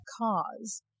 cause